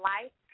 Life